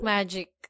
Magic